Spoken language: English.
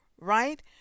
right